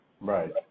Right